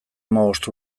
hamabost